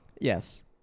Yes